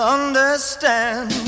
understand